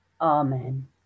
Amen